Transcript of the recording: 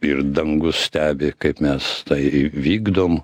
ir dangus stebi kaip mes tai vykdom